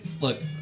Look